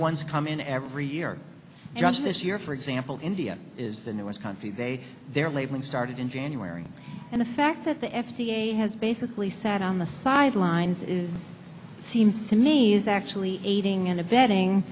ones come in every year just this year for example india is the newest country they their labeling started in january and the fact that the f d a has basically sat on the sidelines is seems to me is actually aiding and abetting